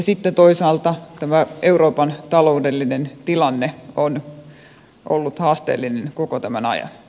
sitten toisaalta tämä euroopan taloudellinen tilanne on ollut haasteellinen koko tämän ajan